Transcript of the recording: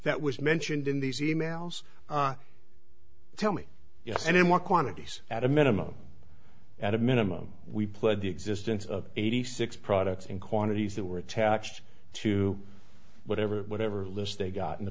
that was mentioned in these emails tell me yes and in what quantities at a minimum at a minimum we played the existence of eighty six products in quantities that were attached to whatever whatever list they got in the